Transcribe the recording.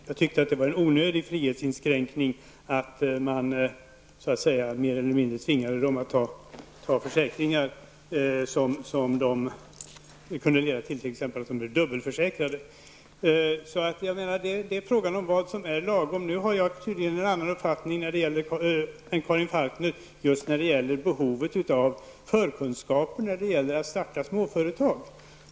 Jag tyckte att det var en onödig frihetsinskränkning att man mer eller mindre tvingade människor att teckna försäkringar som t.ex. kunde leda till att de blev dubbelförsäkrade. Det är alltså fråga om vad som är lagom. Jag har tydligen en annan uppfattning än Karin Falkmer när det gäller behovet av förkunskaper för dem som skall starta småföretag.